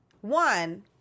One